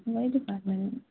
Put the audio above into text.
میرے ڈیپارٹمنٹ میں